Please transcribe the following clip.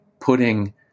putting